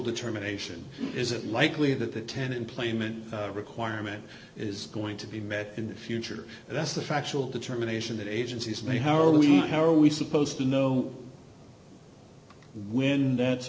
determination is it likely that the tenon plame and requirement is going to be met in the future and that's the factual determination that agencies made how are we how are we supposed to know when that's